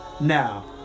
now